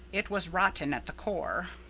it was rotten at the core.